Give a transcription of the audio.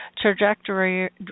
trajectory